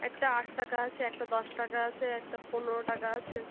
একটা আট টাকা আছে একটা দশ টাকা আছে একটা পনেরো টাকা আছে